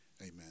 amen